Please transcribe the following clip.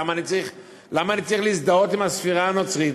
למה אני צריך להזדהות עם הספירה הנוצרית?